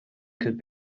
could